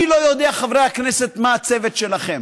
אני לא יודע, חברי הכנסת, מה הצוות שלכם,